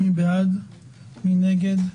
מי בעד מי נגד?